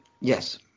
Yes